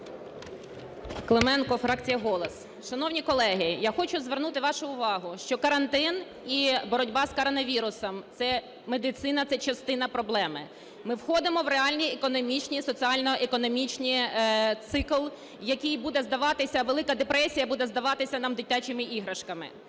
Клименко, фракція "Голос" Шановні колеги, я хочу звернути вашу увагу, що карантин і боротьба з коронавірусом – це медицина, це частина проблеми. Ми входимо в реальні економічні і соціально-економічні… цикл, який буде здаватися... Велика депресія буде здаватися нам дитячими іграшками.